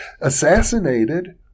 assassinated